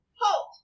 Halt